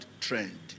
trend